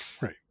Right